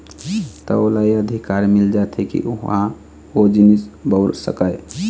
त ओला ये अधिकार मिल जाथे के ओहा ओ जिनिस बउर सकय